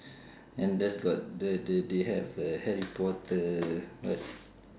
and then got the the they have uh harry potter what